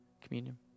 communion